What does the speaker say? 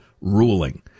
ruling